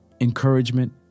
encouragement